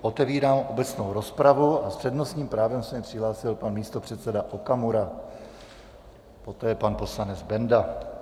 Otevírám obecnou rozpravu a s přednostním právem se mi přihlásil pan místopředseda Okamura, poté pan poslanec Benda.